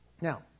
Now